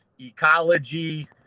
ecology